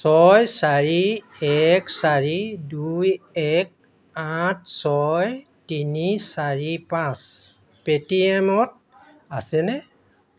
ছয় চাৰি এক চাৰি দুই এক আঠ ছয় তিনি চাৰি পাঁচ পে'টিএম ত আছেনে